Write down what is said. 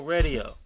Radio